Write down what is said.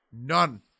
none